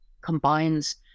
combines